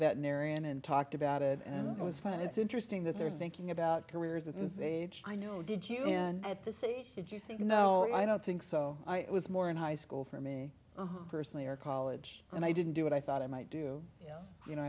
veterinarian and talked about it and it was fun and it's interesting that they're thinking about careers at this age i know did you and at the same did you think no i don't think so i was more in high school for me personally or college and i didn't do what i thought i might do you know